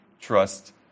trust